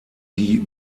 die